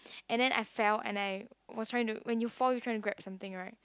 and then I fell and I when I was trying to when you fall you are trying to grab something right